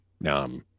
No